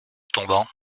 tombant